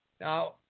Now